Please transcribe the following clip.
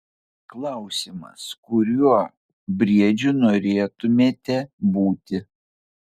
klausimas kuriuo briedžiu norėtumėte būti